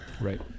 right